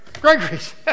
Gregory's